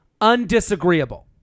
undisagreeable